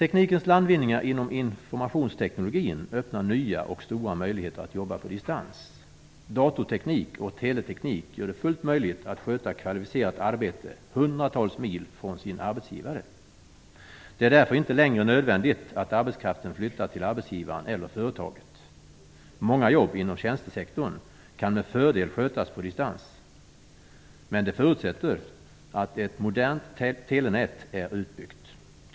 Teknikens landvinningar inom informationsteknologin öppnar nya och stora möjligheter att jobba på distans. Datorteknik och teleteknik gör det fullt möjligt att sköta kvalificerat arbete hundratals mil från sin arbetsgivare. Det är därför inte längre nödvändigt att arbetskraften flyttar till arbetsgivaren eller företaget. Många jobb inom tjänstesektorn kan med fördel skötas på distans. Men det förutsätter att ett modernt telenät är utbyggt.